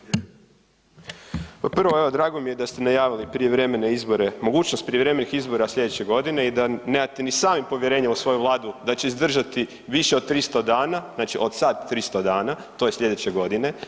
Kao prvo, evo drago mi je da ste najavili prijevremene izbore, mogućnost prijevremenih izbora slijedeće godine i da nemate ni sami povjerenje u svoju vladu da će izdržati više od 300 dana, znači od sad 300, to je slijedeće godine.